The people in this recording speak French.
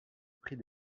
prix